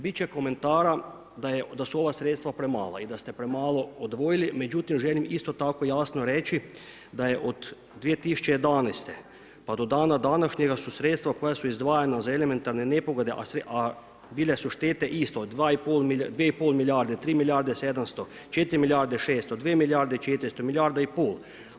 Bit će komentara da su ova sredstva premala i da ste premalo odvojili međutim želim isto tako jasno reći da je od 2011. pa do dana današnjega su sredstva koja su izdvajana za elementarne nepogode, a bile su štete isto, 2,5 milijarde, 3 milijarde 700, 4 milijarde 600, 2 milijarde 400, milijarda i pol.